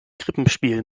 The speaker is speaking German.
krippenspiel